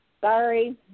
Sorry